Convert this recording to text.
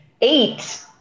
Eight